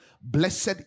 Blessed